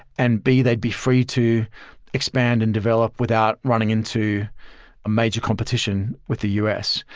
and b they'd be free to expand and develop without running into a major competition with the u s.